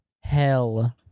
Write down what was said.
hell